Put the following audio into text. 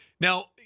Now